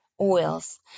oils